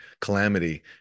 calamity